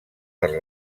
per